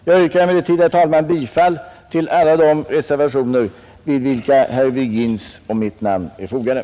Jag yrkar emellertid, herr talman, bifall till alla de reservationer, vid vilka herr Virgins och mitt namn förekommer.